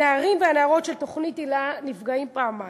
הנערים והנערות של תוכנית היל"ה נפגעים פעמיים.